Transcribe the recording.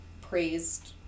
praised